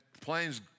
planes